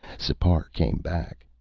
sipar came back.